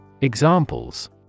Examples